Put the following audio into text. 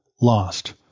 Lost